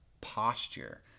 posture